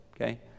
okay